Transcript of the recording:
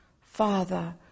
Father